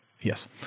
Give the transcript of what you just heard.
Yes